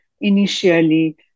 initially